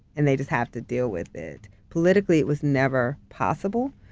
and they just have to deal with it. politically, it was never possible,